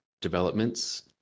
developments